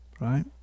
right